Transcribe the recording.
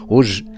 Hoje